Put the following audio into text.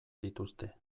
dituzte